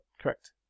Correct